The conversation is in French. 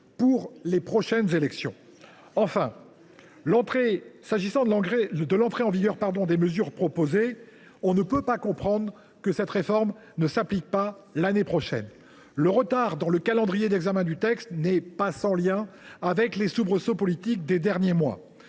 pour les prochaines élections. Enfin, au sujet de l’entrée en vigueur des mesures proposées, il serait difficilement compréhensible que cette réforme ne s’applique pas dès l’année prochaine. Le retard dans le calendrier d’examen du texte n’est pas sans lien avec les soubresauts politiques des derniers mois.